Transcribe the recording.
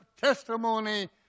testimony